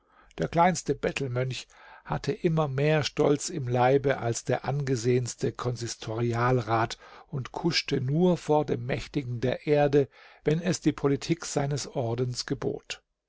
der kleinste bettelmönch hatte immer mehr stolz im leibe als der angesehenste konsistorialrat und kuschte nur vor dem mächtigen der erde wenn es die politik seines ordens gebot